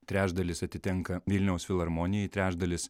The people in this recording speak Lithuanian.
trečdalis atitenka vilniaus filharmonijai trečdalis